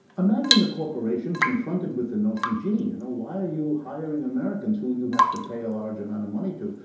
imagine a corporation confronted with the notion, gee, and why are you hiring americans who you have to pay a large amount of money to?